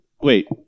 Wait